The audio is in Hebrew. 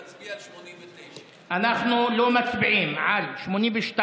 להצביע על 89. אנחנו לא מצביעים על 82,